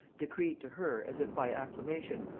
decreed to her, as if by acclamation,